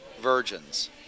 virgins